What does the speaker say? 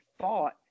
thought